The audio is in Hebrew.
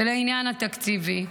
לעניין התקציבי.